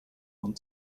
want